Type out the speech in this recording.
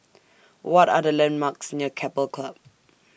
What Are The landmarks near Keppel Club